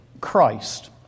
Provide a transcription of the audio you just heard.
Christ